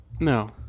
no